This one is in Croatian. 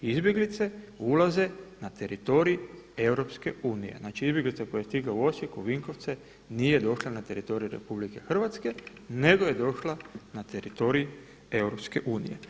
Izbjeglice ulaze na teritorij EU, znači izbjeglica koja je stigla u Osijek, u Vinkovce nije došla na teritorij RH nego je došla na teritorij EU.